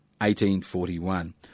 1841